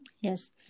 Yes